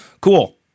Cool